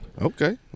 okay